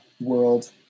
World